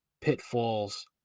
pitfalls